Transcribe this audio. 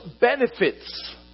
benefits